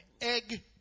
egg